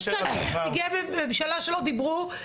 יש כאן נציגי ממשלה שלא דיברו,